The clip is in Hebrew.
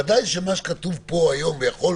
ודאי שמה שכתוב פה היום ויכול